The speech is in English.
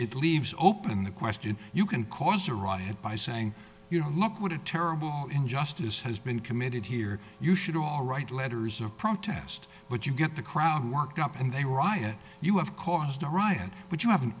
it leaves open the question you can cause a riot by saying you know look what a terrible injustice has been committed here you should all write letters of protest but you get the crowd worked up and they riot you have caused a riot but you have an